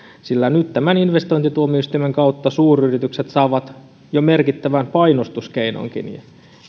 sillä nyt tämän investointituomioistuimen kautta suuryritykset saavat jo merkittävän painostuskeinonkin